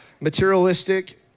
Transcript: materialistic